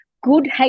good